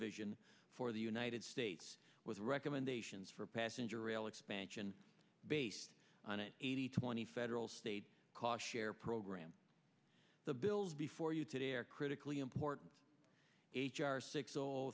vision for the united states with recommendations for passenger rail expansion based on an eighty twenty federal state cost share program the bills before you today are critically important h r six